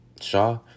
Shaw